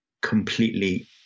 completely